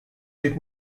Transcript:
did